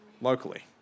locally